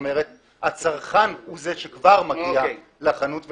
כלומר הצרכן הוא זה שכבר מגיע לחנות,